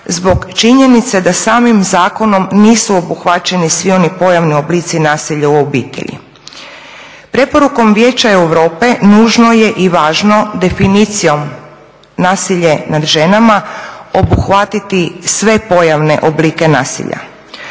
zbog činjenice da samim zakonom nisu obuhvaćeni svi oni pojavni oblici nasilja u obitelji. Preporukom Vijeća Europe nužno je i važno definicijom nasilje nad ženama obuhvatiti sve pojavne oblike nasilja.